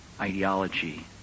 ideology